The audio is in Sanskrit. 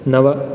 नव